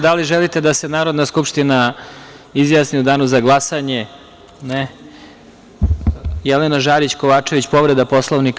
Da li želite da se Narodna skupština izjasni u danu za glasanje? (Ne) Reč ima Jelena Žarić Kovačević, povreda Poslovnika.